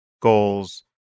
goals